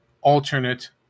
alternate